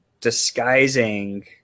Disguising